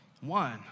One